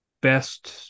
best